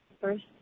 first